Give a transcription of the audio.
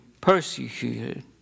persecuted